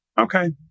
okay